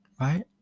Right